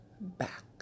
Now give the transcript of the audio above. back